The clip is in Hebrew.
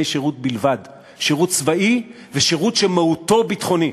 שירות בלבד: שירות צבאי ושירות שבמהותו הוא ביטחוני,